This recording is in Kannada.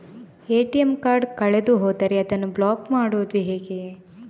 ಎ.ಟಿ.ಎಂ ಕಾರ್ಡ್ ಕಳೆದು ಹೋದರೆ ಅದನ್ನು ಬ್ಲಾಕ್ ಮಾಡುವುದು ಹೇಗೆ?